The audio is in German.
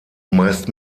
meist